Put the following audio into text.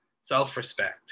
self-respect